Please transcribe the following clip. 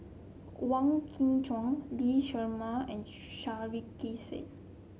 Wong Kwei Cheong Lee Shermay and Sarkasi Said